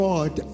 God